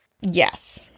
Yes